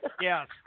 Yes